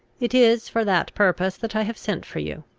it is for that purpose that i have sent for you.